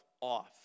off